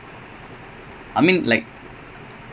I think like that quite sad lah